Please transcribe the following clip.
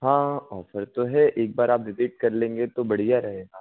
हाँ ऑफर तो है एक बार आप विज़िट कर लेंगे तो बढ़िया रहेगा